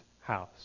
house